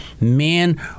men